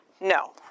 no